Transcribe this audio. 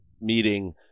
meeting